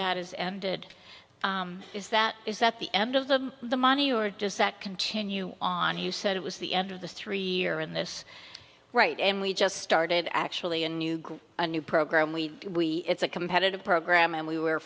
that is ended is that is that the end of them the money or does that continue on you said it was the end of the three year in this right and we just started actually a new group a new program we it's a competitive program and we were